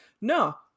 No